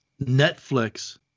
Netflix